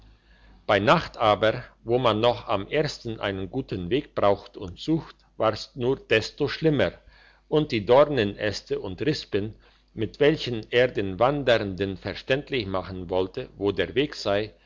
bei nacht aber wo man noch am ersten einen guten weg braucht und sucht war's nur desto schlimmer und die dornenäste und rispen mit welchen er den wandernden verständlich machen wollte wo der weg sei